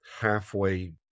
halfway